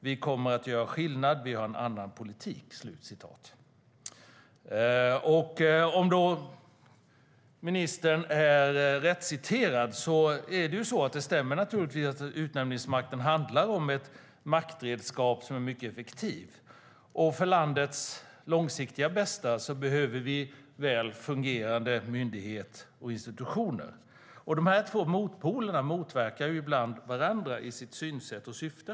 Vi kommer att göra skillnad, vi har en annan politik." Om ministern är rätt citerad stämmer det naturligtvis att utnämningsmakten är ett maktredskap som är mycket effektivt. För landets långsiktiga bästa behöver vi väl fungerande myndigheter och institutioner. Dessa två motpoler motverkar ibland varandra i sitt synsätt och syfte.